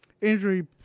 injury